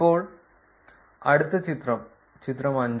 ഇപ്പോൾ അടുത്ത ചിത്രം ചിത്രം 5